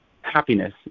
happiness